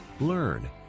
learn